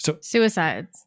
Suicides